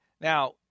Now